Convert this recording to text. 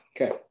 okay